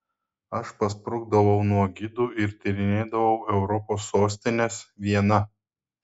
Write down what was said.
aš pasprukdavau nuo gidų ir tyrinėdavau europos sostines viena